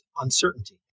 uncertainty